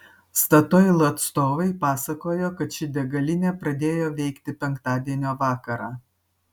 statoil atstovai pasakojo kad ši degalinė pradėjo veikti penktadienio vakarą